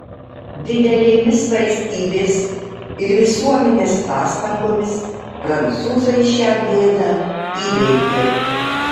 didelėmis valstybės ir visuomenės pastangomis prancūzai šią bėdą įveikė